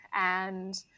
and-